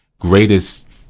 greatest